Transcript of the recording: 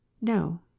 no